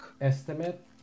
estimate